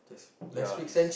ya is